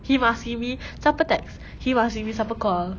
he must see me siapa text he must see me siapa call